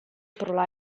pro